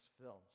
films